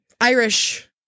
Irish